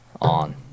on